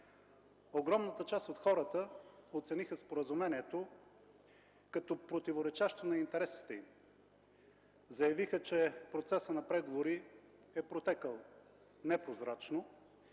Огромната част от хората оцениха споразумението като противоречащо на интересите им. Заявиха, че процесът на преговори е протекъл непрозрачно